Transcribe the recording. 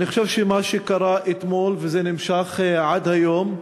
אני חושב שמה שקרה אתמול, וזה נמשך עד היום,